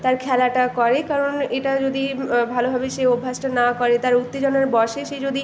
তার খেলাটা করে কারণ এটা যদি ভালোভাবে সে অভ্যাসটা না করে তার উত্তেজনার বশে সে যদি